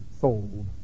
sold